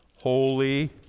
holy